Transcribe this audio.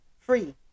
Free